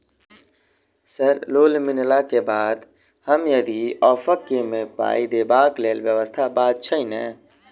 Sir loan मिलला केँ बाद हम यदि ऑफक केँ मे पाई देबाक लैल व्यवस्था बात छैय नै?